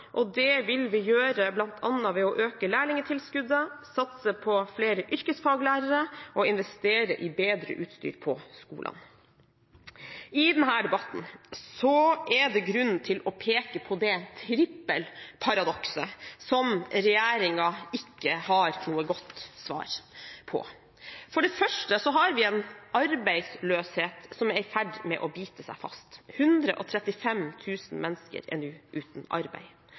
yrkesfagene. Det vil vi gjøre ved bl.a. å øke lærlingtilskuddet, satse på flere yrkesfaglærere og investere i bedre utstyr på skolene. I denne debatten er det grunn til å peke på det trippelparadokset som regjeringen ikke har noe godt svar på. For det første har vi en arbeidsløshet som er i ferd med å bite seg fast. 135 000 mennesker er nå uten arbeid.